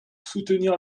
soutenir